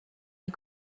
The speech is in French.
les